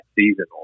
seasonal